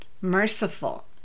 merciful